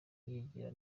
yigira